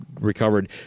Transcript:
recovered